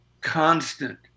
constant